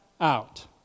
out